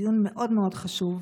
הדיון מאוד חשוב.